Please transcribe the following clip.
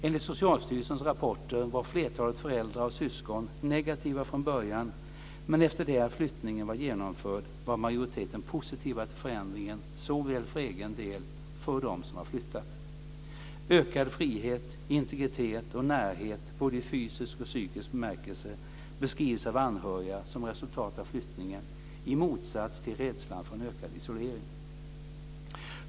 Enligt Socialstyrelsens rapporter var flertalet föräldrar och syskon negativa från början, men efter det att flyttningen var genomförd var majoriteten positiv till förändringen såväl för egen del som för den som flyttat. Ökad frihet, integritet och närhet både i fysisk och psykisk bemärkelse beskrivs av anhöriga som resultat av flyttningen, i motsats till rädslan för en ökad isolering.